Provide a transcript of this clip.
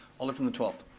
alder from the twelfth.